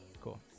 Cool